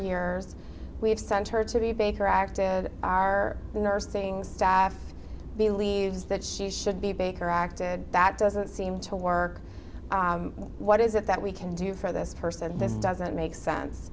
years we have sent her to the baker act of our nurse things staff believes that she should be baker acted that doesn't seem to work what is it that we can do for this person this doesn't make sense